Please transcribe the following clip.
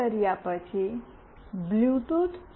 આ કર્યા પછી બ્લૂટૂથ